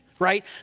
right